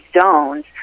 zones